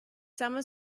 summer